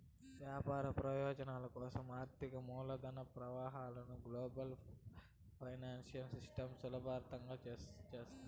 వ్యాపార ప్రయోజనాల కోసం ఆర్థిక మూలధన ప్రవాహాలను గ్లోబల్ ఫైనాన్సియల్ సిస్టమ్ సులభతరం చేస్తాది